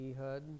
Ehud